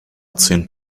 zehn